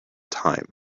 time